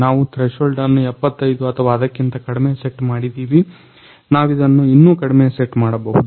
ನಾವು ಥ್ರೇಶೊಲ್ಡ್ ಅನ್ನು 75 ಅಥವಾ ಅದಕ್ಕಿಂತ ಕಡಿಮೆಗೆ ಸೆಟ್ ಮಾಡಿದಿವಿ ನೀವಿದನ್ನ ಇನ್ನೂ ಕಡಿಮೆ ಸೆಟ್ ಮಾಡಬಹುದು